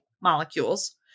molecules